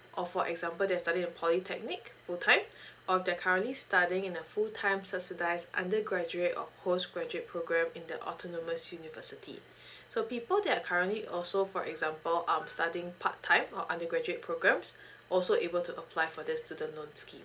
or for example they're study in polytechnic full time or they're currently studying in a full time subsidized undergraduate or post graduate program in the autonomous university so people that are currently also for example um studying part time or undergraduate programs also able to apply for this student's loan scheme